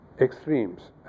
extremes